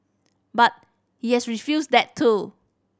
but he has refused that too